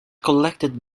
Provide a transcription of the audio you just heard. collected